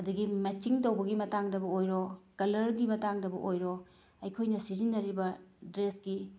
ꯑꯗꯒꯤ ꯃꯦꯠꯆꯤꯡ ꯇꯧꯕꯒꯤ ꯃꯇꯥꯡꯗꯕꯨ ꯑꯣꯏꯔꯣ ꯀꯂꯔꯒꯤ ꯃꯇꯥꯡꯗꯕꯨ ꯑꯣꯏꯔꯣ ꯑꯩꯈꯣꯏꯅ ꯁꯤꯖꯤꯟꯅꯔꯤꯕ ꯗ꯭ꯔꯦꯁꯀꯤ